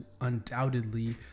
undoubtedly